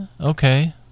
okay